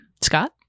Scott